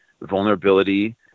vulnerability